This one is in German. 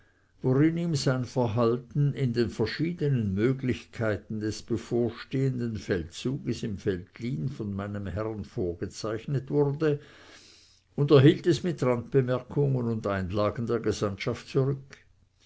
worin ihm sein verhalten in den verschiedenen möglichkeiten des bevorstehenden feldzuges im veltlin von meinem herrn vorgezeichnet wurde und erhielt es mit randbemerkungen und einlagen der gesandtschaft zurück